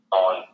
on